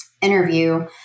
interview